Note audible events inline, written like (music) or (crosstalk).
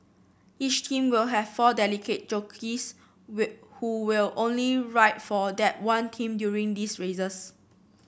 each team will have four dedicated jockeys (unintelligible) who will only ride for that one team during these races